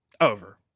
Over